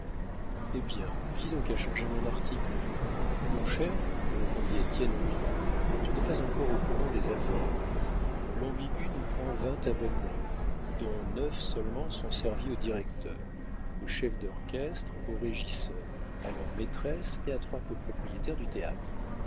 eh bien qui donc a changé mon article mon cher répondit étienne en riant tu n'es pas encore au courant des affaires l'ambigu nous prend vingt abonnements dont neuf seulement sont servis au directeur au chef d'orchestre au régisseur à leurs maîtresses et à trois copropriétaires du théâtre